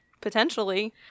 potentially